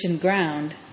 ground